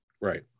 Right